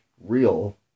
real